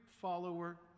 follower